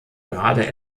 grade